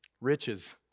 Riches